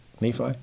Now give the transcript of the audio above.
Nephi